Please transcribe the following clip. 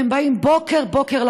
והם באים מדי בוקר למכללה,